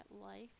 life